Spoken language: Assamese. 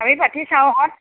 আমি পাতি চাওঁ